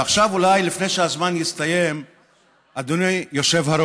עכשיו, אולי, לפני שהזמן יסתיים, אדוני היושב-ראש,